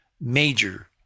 major